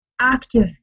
active